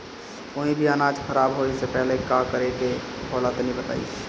कोई भी अनाज खराब होए से पहले का करेके होला तनी बताई?